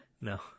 no